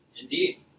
Indeed